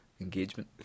engagement